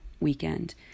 weekend